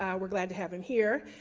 yeah we're glad to have him here.